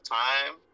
time